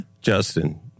Justin